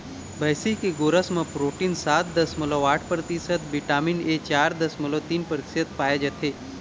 भइसी के गोरस म प्रोटीन सात दसमलव आठ परतिसत, बिटामिन ए चार दसमलव तीन परतिसत पाए जाथे